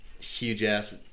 huge-ass